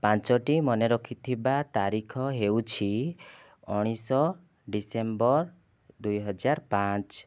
ପାଞ୍ଚଟି ମନେ ରଖିଥିବା ତାରିଖ ହେଉଛି ଉଣେଇଶ ଡିସେମ୍ବର ଦୁଇହଜାର ପାଞ୍ଚ